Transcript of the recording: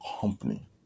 company